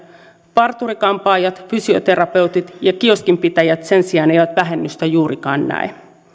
parturi kampaajat fysioterapeutit ja kioskinpitäjät sen sijaan eivät vähennystä juurikaan näe